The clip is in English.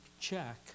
check